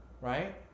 right